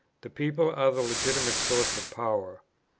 the people are the legitimate source of power.